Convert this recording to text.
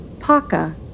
Paka